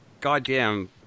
goddamn